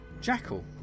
Jackal